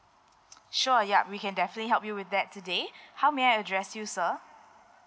sure yup we can definitely help you with that today how may I address you sir